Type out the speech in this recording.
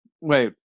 Wait